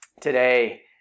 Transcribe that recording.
today